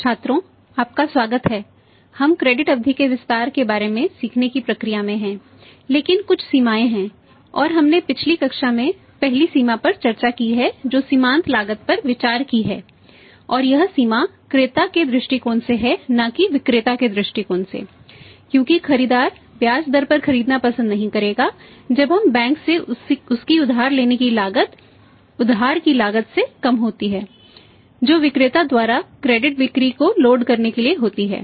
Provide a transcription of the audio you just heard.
छात्रों आपका स्वागत है हम क्रेडिट करने के लिए होती है